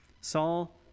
Saul